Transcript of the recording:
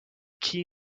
key